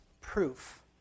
proof